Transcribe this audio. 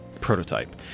prototype